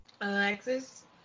Alexis